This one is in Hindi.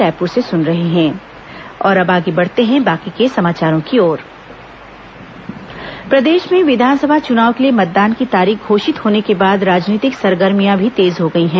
राजनीतिक सरगर्मी प्रदेश में विधानसभा चुनाव के लिए मतदान की तारीख घोषित होने के बाद राजनीतिक सरगर्मियां भी तेज हो गई हैं